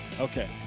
Okay